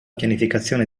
pianificazione